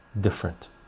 different